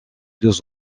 deux